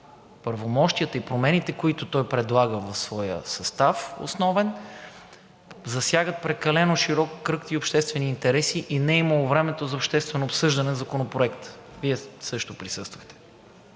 правомощията и промените, които той предлага в своя състав, основен, засягат прекалено широк кръг обществени интереси и не е имало време за обществено обсъждане на Законопроекта – Вие също присъствахте.